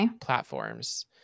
platforms